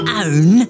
own